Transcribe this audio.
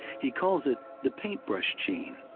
he calls it the paintbrush gene.